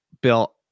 Bill